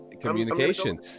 Communication